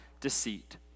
deceit